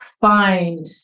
find